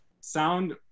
sound